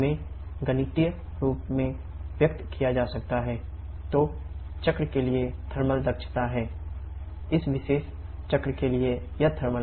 इसे गणितीय रूप में व्यक्त किया जा सकता है 𝑞𝑖𝑛 𝑐𝑝𝑔 534 𝑘𝐽𝑘𝑔 तो चक्र के लिए थर्मल दक्षता है thWnetqin288 इस विशेष चक्र के लिए यह थर्मल दक्षता है